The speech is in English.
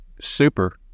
super